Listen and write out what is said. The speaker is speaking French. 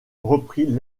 reprit